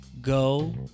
go